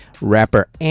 Rapper